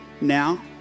now